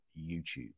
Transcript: YouTube